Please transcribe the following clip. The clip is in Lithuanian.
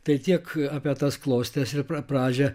tai tiek apie tas klostes ir pra pradžią